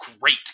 great